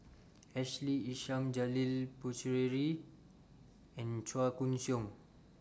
Ashley Isham Janil Puthucheary and Chua Koon Siong